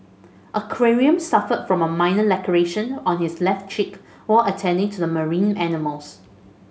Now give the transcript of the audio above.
aquarium suffered from a minor laceration on his left cheek while attending to the marine animals